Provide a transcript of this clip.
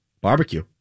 Barbecue